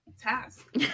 task